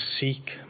seek